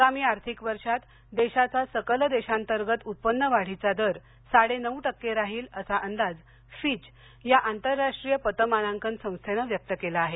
आगामी आर्थिक वर्षात देशाचा सकल देशांतर्गत उत्पन्न वाढीचा दर साडेनऊ टक्के राहील असा अंदाज फिच या आंतरराष्ट्रीय पतमानांकन संस्थेनं व्यक्त केला आहे